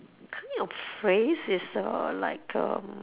a phrase is uh like um